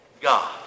God